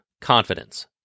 confidence